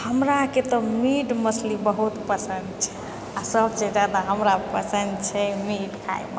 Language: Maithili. हमराके तऽ मीट मछली बहुत पसन्द छै सबसँ जादा हमरा पसन्द छै मीट खाइके